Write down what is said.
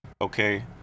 okay